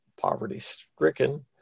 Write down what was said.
poverty-stricken